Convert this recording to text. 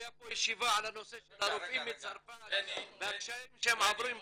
הייתה ישיבה על הנושא של הרופאים מצרפת והקשיים שהם עוברים פה,